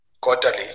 quarterly